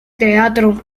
teatro